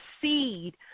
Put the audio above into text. seed